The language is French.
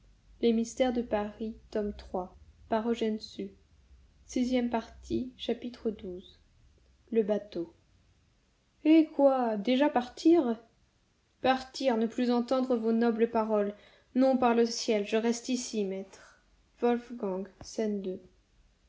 xii le bateau eh quoi déjà partir partir ne plus entendre vos nobles paroles non par le ciel je reste ici maître